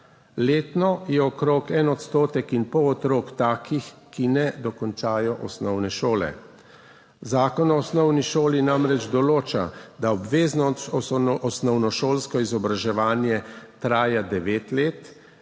Letno je okrog 1,5 % otrok takih, ki ne dokončajo osnovne šole. Zakon o osnovni šoli namreč določa, da obvezno osnovnošolsko izobraževanje traja devet let